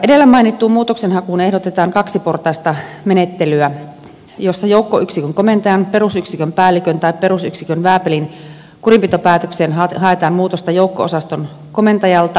edellä mainittuun muutoksenhakuun ehdotetaan kaksiportaista menettelyä jossa joukkoyksikön komentajan perusyksikön päällikön tai perusyksikön vääpelin kurinpitopäätökseen haetaan muutosta joukko osaston komentajalta ratkaisupyyntönä